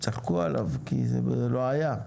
צחקו עליו, כי זה לא היה.